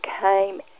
came